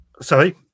Sorry